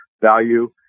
value